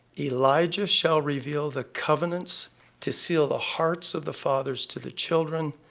elijah shall reveal the covenants to seal the hearts of the fathers to the children,